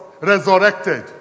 resurrected